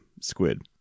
squid